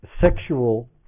sexual